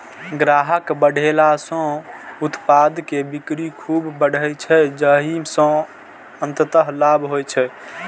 ग्राहक बढ़ेला सं उत्पाद के बिक्री खूब बढ़ै छै, जाहि सं अंततः लाभ होइ छै